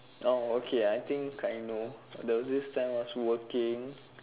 orh okay I think I know there was this time I was working